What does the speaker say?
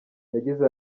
yagize